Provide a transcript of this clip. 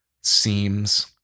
seems